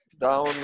down